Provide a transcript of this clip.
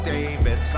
David